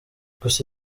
gusa